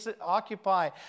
occupy